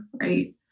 Right